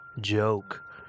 joke